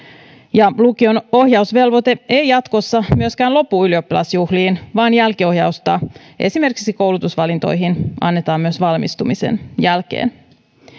lukion ohjausvelvoite ei jatkossa myöskään lopu ylioppilasjuhliin vaan jälkiohjausta esimerkiksi koulutusvalintoihin annetaan myös valmistumisen jälkeen